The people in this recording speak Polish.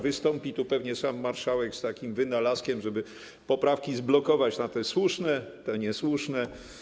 Wystąpi tu pewnie sam marszałek z takim wynalazkiem, żeby poprawki zblokować na te słuszne, te niesłuszne.